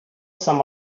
some